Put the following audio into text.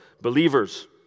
believers